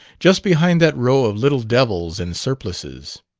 just behind that row of little devils in surplices.